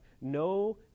no